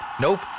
Nope